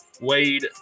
Wade